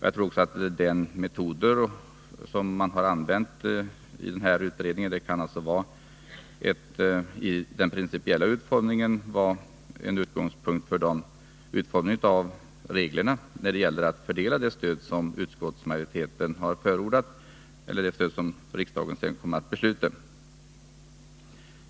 Jag tror att de metoder som länsstyrelsens utredning använde kan vara den principiella utgångspunkten vid utformningen av reglerna för hur man skall fördela det stöd som riksdagen kommer att bevilja anslag till.